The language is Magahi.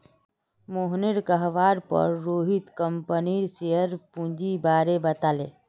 मोहनेर कहवार पर रोहित कंपनीर शेयर पूंजीर बारें बताले